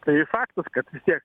tai faktas kad vis tiek